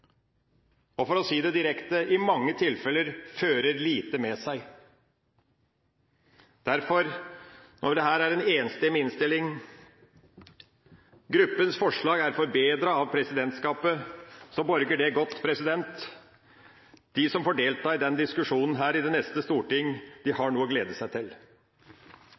For å si det direkte: I mange tilfeller fører de lite med seg. Derfor, når det her er en enstemmig innstilling, og gruppens forslag er forbedret av presidentskapet, så borger det godt. De som får delta i denne diskusjonen i det neste storting, har noe å glede seg til.